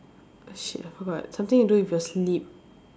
shit I forgot something to do with your sleep